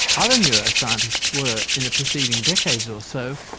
other neuroscientists were, in the preceding decades or so,